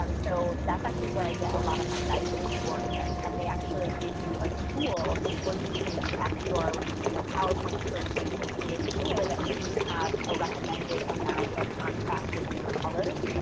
um so that's actually where i get a lot of my guidance for in this. and they actually give you a tool where you can check your you know powerpoints, for example, to make sure that you have a recommended amount of contrast within your colors.